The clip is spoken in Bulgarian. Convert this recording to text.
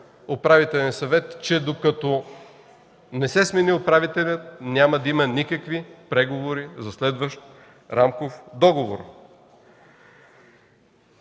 Управителен съвет, че докато не се смени управителят, няма да има никакви преговори за следващ рамков договор.